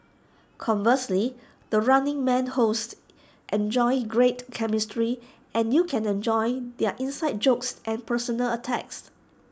conversely the running man hosts enjoy great chemistry and you can enjoy their inside jokes and personal attacks